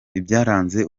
ibyaranze